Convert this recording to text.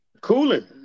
Cooling